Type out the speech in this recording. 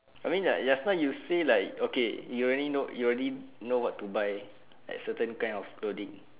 I mean like just now you say like okay you already know you already know what to buy like certain kind of clothing